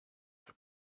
que